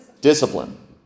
Discipline